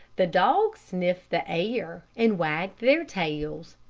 the dogs sniffed the air, and wagged their tails,